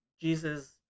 jesus